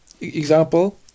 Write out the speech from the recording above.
example